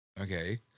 Okay